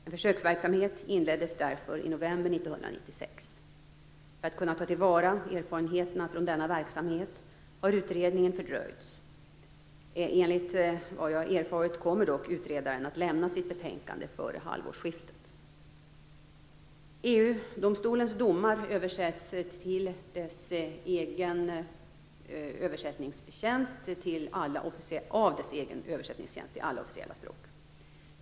En försöksverksamhet inleddes därför i november 1996. För att kunna ta till vara erfarenheterna från denna verksamhet har utredningen fördröjts. Enligt vad jag erfarit kommer dock utredaren att lämna sitt betänkande före halvårsskiftet. EG-domstolens domar översätts av dess egen översättningstjänst till alla officiella språk.